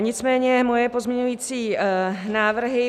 Nicméně moje pozměňovací návrhy.